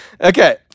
Okay